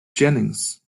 jennings